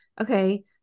okay